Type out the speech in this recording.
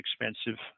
expensive